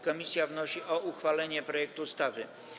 Komisja wnosi o uchwalenie projektu ustawy.